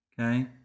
Okay